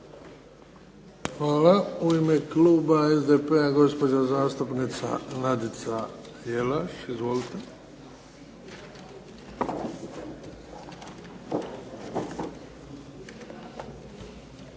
Hvala. U ime kluba SDP-a gospođa zastupnica Nadica Jelaš. Izvolite. **Jelaš,